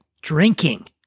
drinking